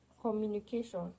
communication